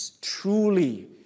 truly